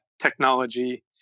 technology